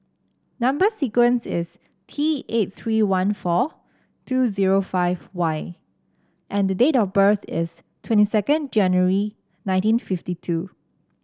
number sequence is T eight three one four two zero five Y and the date of birth is twenty second January nineteen fifty two